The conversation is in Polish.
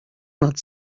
nad